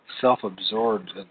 self-absorbed